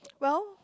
well